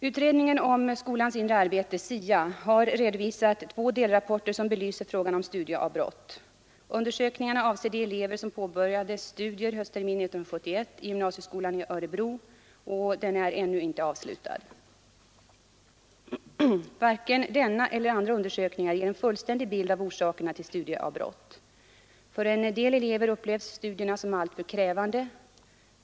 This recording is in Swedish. Utredningen om skolans inre arbete har redovisat två delrapporter som belyser frågan om studieavbrott. Undersökningarna avser de elever som påbörjade studier höstterminen 1971 i gymnasieskolan i Örebro och är ännu inte avslutade. Varken denna eller andra undersökningar ger en fullständig bild av orsakerna till studieavbrott. För en del elever upplevs studierna som alltför krävande.